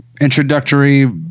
introductory